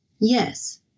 Yes